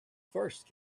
first